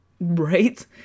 Right